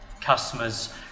Customers